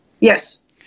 Yes